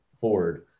forward